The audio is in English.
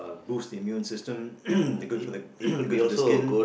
boast immune system is good for the good for the skin